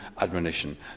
admonition